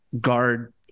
guard